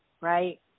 right